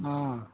ಹಾಂ